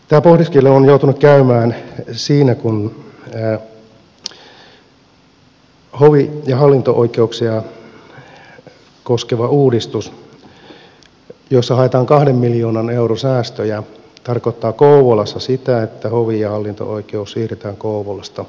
tätä pohdiskelua olen joutunut käymään siinä kun hovi ja hallinto oikeuksia koskeva uudistus jossa haetaan kahden miljoonan euron säästöjä tarkoittaa kouvolassa sitä että hovi ja hallinto oikeus siirretään kouvolasta kuopioon